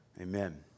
amen